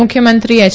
મુખ્યમંત્રી એચ